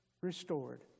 restored